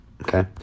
okay